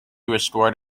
restored